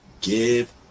Give